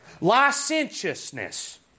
Licentiousness